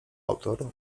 autor